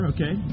Okay